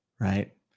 right